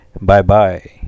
bye-bye